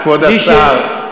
כבוד השר,